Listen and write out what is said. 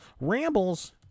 rambles